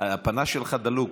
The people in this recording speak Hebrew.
הפנס שלך דלוק,